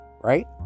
right